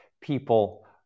people